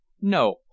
No